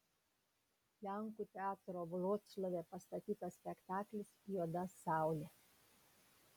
lenkų teatro vroclave pastatytas spektaklis juoda saulė